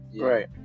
Right